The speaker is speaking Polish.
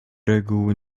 reguły